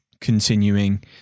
continuing